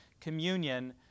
communion